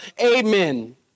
Amen